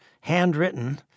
handwritten